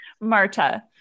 Marta